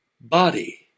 body